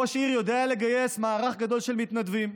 ראש עיר יודע לגייס מערך גדול של מתנדבים,